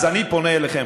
אז אני פונה אליכם,